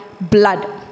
blood